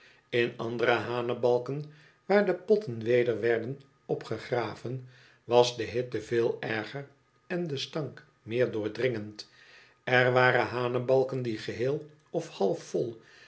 in andere hanebalken waar de potten weder werden opgegraven was de hitte veel erger en de stank meer doordringend er waren hanebalken die geheel of half vol